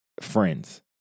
friends